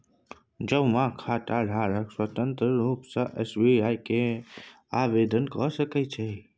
जौंआँ खाताधारक स्वतंत्र रुप सँ एस.बी.आइ मे आवेदन क सकै छै